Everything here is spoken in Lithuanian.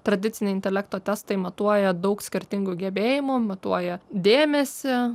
tradiciniai intelekto testai matuoja daug skirtingų gebėjimų matuoja dėmesį